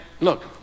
look